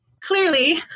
clearly